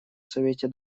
совету